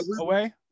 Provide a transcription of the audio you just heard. away